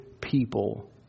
people